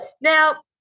Now